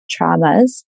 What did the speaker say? traumas